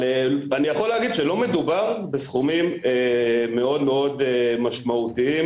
אבל אני יכול להגיד שלא מדובר בסכומים מאוד מאוד משמעותיים,